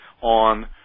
on